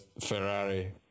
Ferrari